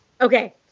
Okay